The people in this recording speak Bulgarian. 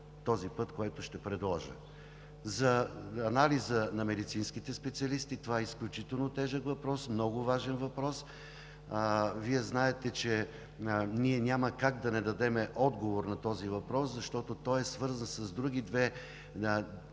този път, който ще предложа. За анализа на медицинските специалисти – това е изключително тежък, много важен въпрос. Вие знаете, че ние няма как да не му дадем отговор, защото той е свързан с други два